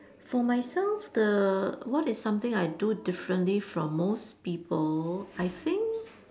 for myself the what is something I do differently from most people I think